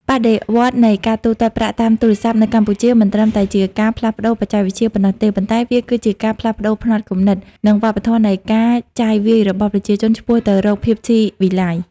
បដិវត្តន៍នៃការទូទាត់ប្រាក់តាមទូរស័ព្ទនៅកម្ពុជា មិនត្រឹមតែជាការផ្លាស់ប្តូរបច្ចេកវិទ្យាប៉ុណ្ណោះទេ ប៉ុន្តែវាគឺជាការផ្លាស់ប្តូរផ្នត់គំនិត និងវប្បធម៌នៃការចាយវាយរបស់ប្រជាជនឆ្ពោះទៅរកភាពស៊ីវិល័យ។